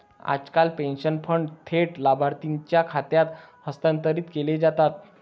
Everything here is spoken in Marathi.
आजकाल पेन्शन फंड थेट लाभार्थीच्या खात्यात हस्तांतरित केले जातात